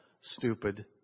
stupid